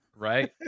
Right